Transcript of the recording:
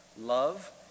love